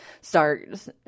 start